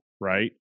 Right